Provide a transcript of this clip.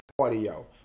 audio